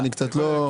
לא.